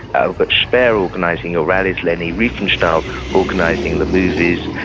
albert speer organizing your rallies, leni riefenstahl organizing the movies,